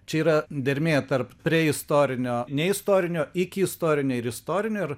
čia yra dermė tarp prie istorinio ne istorinio iki istorinio ir istorinio ir